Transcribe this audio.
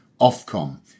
Ofcom